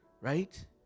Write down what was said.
right